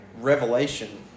Revelation